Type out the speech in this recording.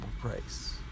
price